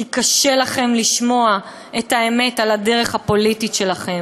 כי קשה לכם לשמוע את האמת על הדרך הפוליטית שלכם,